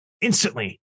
instantly